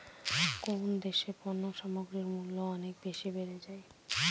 কোন দেশে পণ্য সামগ্রীর মূল্য অনেক বেশি বেড়ে যায়?